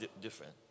different